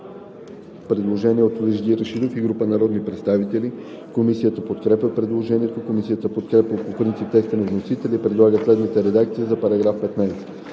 предложение от Вежди Рашидов и група народни представители. Комисията подкрепя предложението. Комисията подкрепя по принцип текста на вносителя и предлага следната редакция за § 15: „§ 15.